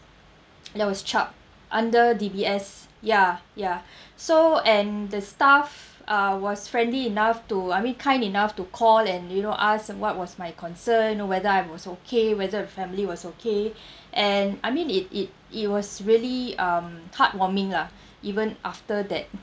that was charged under D_B_S ya ya so and the staff uh was friendly enough to I mean kind enough to call and you know ask what was my concern or whether I was okay whether the family was okay and I mean it it it was really um heartwarming lah even after that